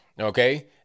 Okay